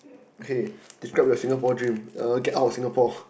okay describe your Singapore dream uh get out of Singapore